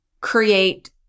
create